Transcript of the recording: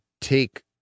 take